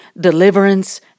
deliverance